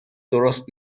درست